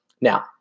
Now